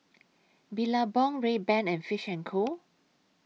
Billabong Rayban and Fish and Co